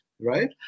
right